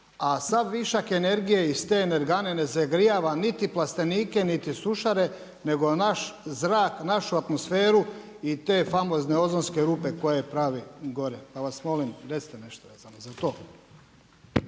a sav višak energije iz te energane ne zagrijava niti plastenike niti sušare nego naš zrak, našu atmosferu i te famozne ozonske rupe koje pravi gore. Pa vas molim recite nešto vezano